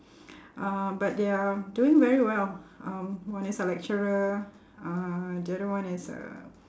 uh but they are doing very well um one is a lecturer uh the other one is a